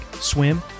swim